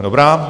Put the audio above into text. Dobrá.